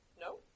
No